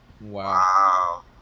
Wow